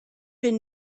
been